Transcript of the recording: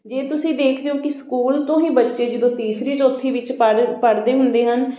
ਜੇ ਤੁਸੀਂ ਦੇਖ ਰਹੇ ਹੋ ਕਿ ਸਕੂਲ ਤੋਂ ਹੀ ਬੱਚੇ ਜਦੋਂ ਤੀਸਰੀ ਚੌਥੀ ਵਿੱਚ ਪੜ੍ਹ ਪੜ੍ਹਦੇ ਹੁੰਦੇ ਹਨ